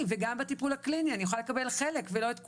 וגם בטיפול הקליני אני יכולה לקבל חלק ולא את כולם,